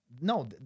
No